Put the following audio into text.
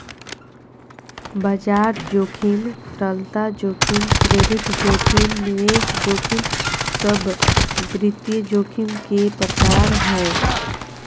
बाजार जोखिम, तरलता जोखिम, क्रेडिट जोखिम, निवेश जोखिम सब वित्तीय जोखिम के प्रकार हय